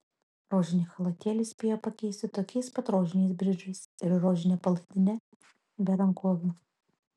rožinį chalatėlį spėjo pakeisti tokiais pat rožiniais bridžais ir rožine palaidine be rankovių